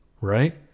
right